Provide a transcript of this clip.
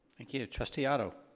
thank you, trustee otto.